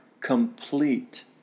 complete